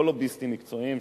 אלה לא לוביסטים מקצועיים,